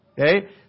Okay